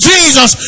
Jesus